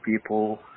people